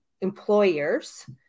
employers